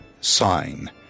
sign